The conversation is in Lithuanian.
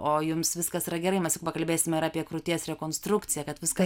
o jums viskas yra gerai mes pakalbėsime apie krūties rekonstrukciją kad viskas